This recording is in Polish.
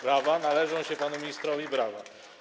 Brawa, należą się panu ministrowi brawa.